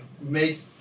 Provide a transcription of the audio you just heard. make